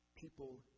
People